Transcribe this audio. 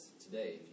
today